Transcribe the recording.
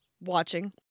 watching